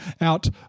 out